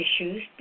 issues